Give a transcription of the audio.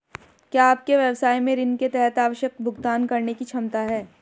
क्या आपके व्यवसाय में ऋण के तहत आवश्यक भुगतान करने की क्षमता है?